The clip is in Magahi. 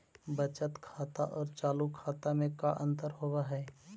बचत खाता और चालु खाता में का अंतर होव हइ?